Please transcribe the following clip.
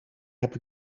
heb